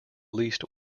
least